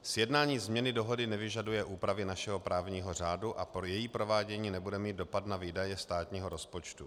Sjednání změny dohody nevyžaduje úpravy našeho právního řádu a její provádění nebude mít dopad na výdaje státního rozpočtu.